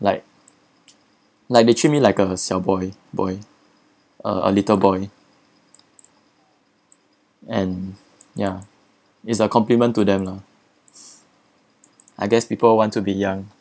like like they treat me like a 小 boy boy uh a little boy and ya it's a compliment to them lah I guess people want to be young